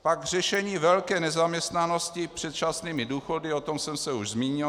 Pak řešení velké nezaměstnanosti předčasnými důchody, o tom jsem se už zmiňoval.